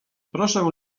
proszę